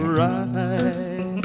right